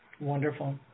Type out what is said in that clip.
Wonderful